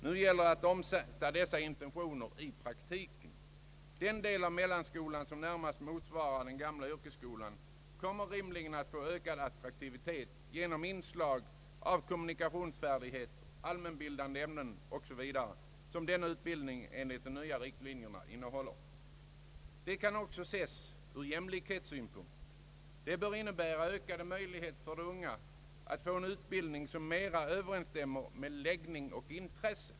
Nu gäller det att omsätta intentionerna i praktiken. Den del av mellanskolan som närmast motsvarar den gamla yrkesskolan kommer rimligen att få ökad attraktivitet genom de inslag av kommunikationsfärdigheter, allmänbildande ämnen 0. s. v. som denna utbildning enligt de nya riktlinjerna innehåller. Detta kan också ses från jämlikhetssynpunkt. Det bör innebära ökade möjligheter för de unga att få en utbildning som mera överensstämmer med läggning och intresse.